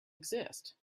exist